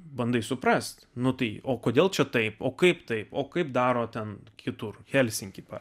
bandai suprasti nu tai o kodėl čia taip o kaip taip o kaip daro ten kitur helsinkyje pa